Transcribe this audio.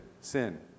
sin